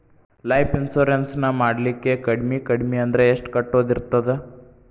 Life insurance ನ ಮಾಡ್ಲಿಕ್ಕೆ ಕಡ್ಮಿ ಕಡ್ಮಿ ಅಂದ್ರ ಎಷ್ಟ್ ಕಟ್ಟೊದಿರ್ತದ?